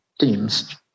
teams